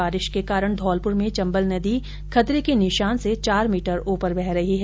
बारिश के कारण धौलपुर में चम्बल नदी खतरे के निशान से चार मीटर ऊपर बह रही है